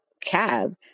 cab